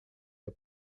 der